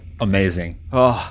Amazing